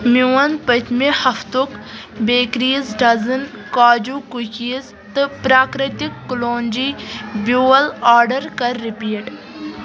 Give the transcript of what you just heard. میون پٔتمہِ ہفتُک بیٚکریٖز ڈزٕنۍ کاجوٗ کُکیٖز تہٕ پرٛاکرٛتِک کلونٛجی بیٛول آرڈر کر رِپیٖٹ